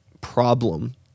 problem